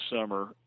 summer